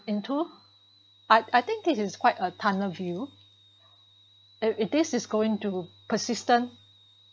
into I I think this is quite a tunnel view if if this is going to persistent